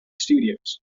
studios